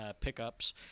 pickups